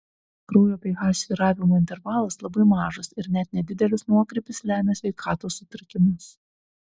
kraujo ph svyravimo intervalas labai mažas ir net nedidelis nuokrypis lemia sveikatos sutrikimus